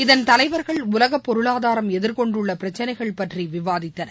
இதன் தலைவர்கள் உலகப் பொருளாதாரம் எதிர்கொண்டுள்ள பிரச்னைகள் பற்றி விவாதித்தனர்